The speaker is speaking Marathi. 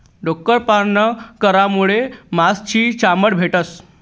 डुक्कर पालन करामुये मास नी चामड भेटस